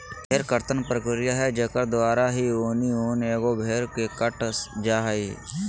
भेड़ कर्तन प्रक्रिया है जेकर द्वारा है ऊनी ऊन एगो की भेड़ कट जा हइ